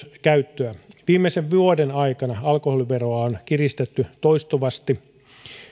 käyttöä viimeisten kymmenen vuoden aikana alkoholiveroa on kiristetty toistuvasti